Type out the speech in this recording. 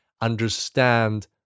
understand